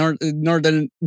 Northern